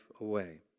away